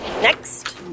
Next